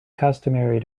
customary